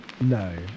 No